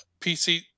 PC